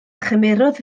chymerodd